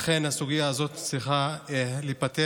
לכן, הסוגיה הזאת צריכה להיפתר.